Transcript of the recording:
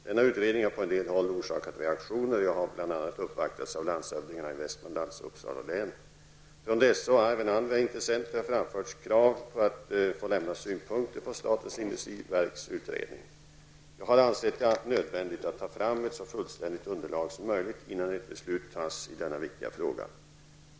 Denna utredning har på en del håll orsakat reaktioner och jag har bl.a. uppvaktats av landshövdingarna i Västmanlands och Uppsala län. Från dessa och även andra intressenter har framförts krav på att få lämna synpunkter på statens industriverks utredning. Jag har ansett det nödvändigt att ta fram ett så fullständigt underlag som möjligt innan ett beslut fattas i denna viktiga fråga.